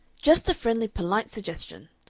just a friendly polite suggestion.